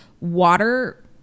water